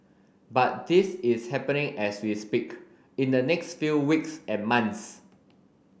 but this is happening as we speak in the next few weeks and months